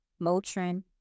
Motrin